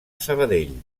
sabadell